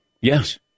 yes